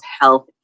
health